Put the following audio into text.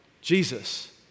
Jesus